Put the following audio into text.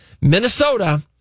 Minnesota